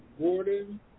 Gordon